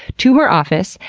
to her office,